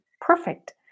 perfect